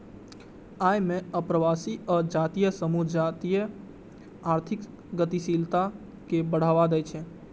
अय मे अप्रवासी आ जातीय समूह जातीय आर्थिक गतिशीलता कें बढ़ावा दै छै